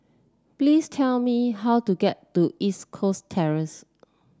please tell me how to get to East Coast Terrace